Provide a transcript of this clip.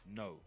no